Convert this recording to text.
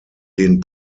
den